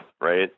right